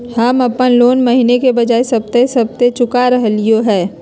हम अप्पन लोन महीने के बजाय सप्ताहे सप्ताह चुका रहलिओ हें